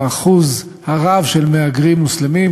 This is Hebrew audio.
האחוז הרב של מהגרים מוסלמים,